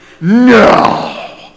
No